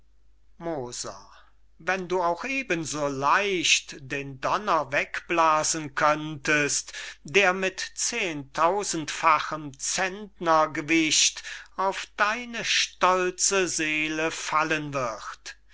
moser wenn du auch eben so leicht den donner wegblasen könntest der mit zehntausendfachem centner gewicht auf deine stolze seele fallen wird